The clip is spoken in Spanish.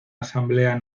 asamblea